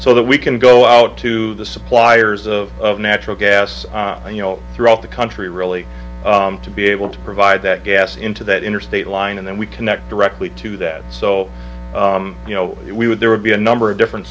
so that we can go out to the suppliers of natural gas throughout the country really to be able to provide that gas into that interstate line and then we connect directly to that so you know we would there would be a number of different